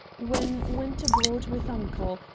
when went abroad with uncle,